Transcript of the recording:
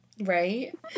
right